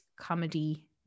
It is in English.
comedy